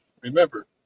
Remember